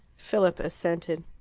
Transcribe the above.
philip assented.